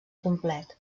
complet